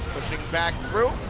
back through.